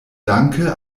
danke